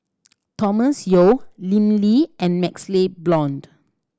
Thomas Yeo Lim Lee and MaxLe Blond